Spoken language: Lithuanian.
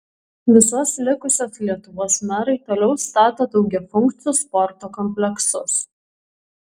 visos likusios lietuvos merai toliau stato daugiafunkcius sporto kompleksus